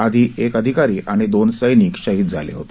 आधी एक अधिकारी आणि दोन सैनिक शहीद झाले होते